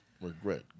regret